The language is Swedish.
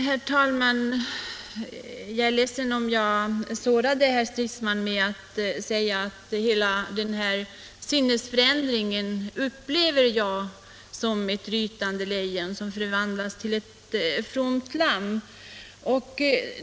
Herr talman! Jag är ledsen om jag sårade herr Stridsman med att säga att jag upplever hela den här sinnesförändringen så att ett rytande lejon har förvandlats till ett fromt lamm.